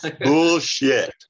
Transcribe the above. Bullshit